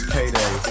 Payday